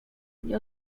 nie